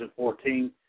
2014